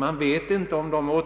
Jag kan